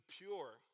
pure